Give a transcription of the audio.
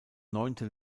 neunte